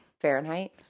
Fahrenheit